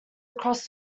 across